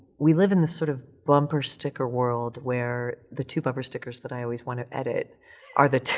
we live in this sort of bumper sticker world where the two bumper stickers that i always want to edit are the,